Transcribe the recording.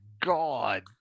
God